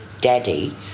Daddy